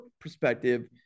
perspective